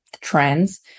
trends